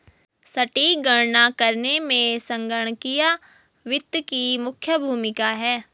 सटीक गणना करने में संगणकीय वित्त की मुख्य भूमिका है